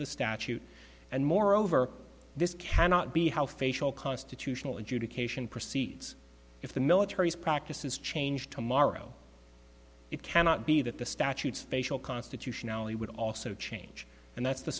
the statute and moreover this cannot be how facial constitutional adjudication proceeds if the military's practice is changed tomorrow it cannot be that the statutes facial constitutionality would also change and that's the